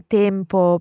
tempo